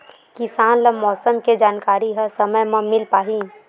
किसान ल मौसम के जानकारी ह समय म मिल पाही?